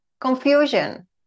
confusion